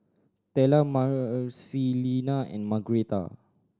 Tella Marcelina and Margretta